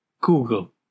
Google